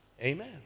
Amen